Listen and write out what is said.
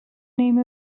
name